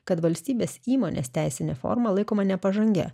kad valstybės įmonės teisinė forma laikoma nepažangia